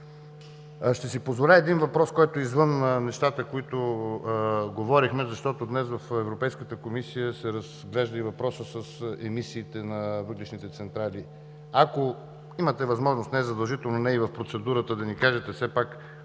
Ще си позволя и един въпрос, който е извън нещата, които говорихме, защото днес в Европейската комисия се разглежда и въпросът с емисиите на вътрешните централи. Ако имате възможност – не е задължително, не и в процедурата, да ни кажете все пак